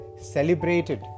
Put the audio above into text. celebrated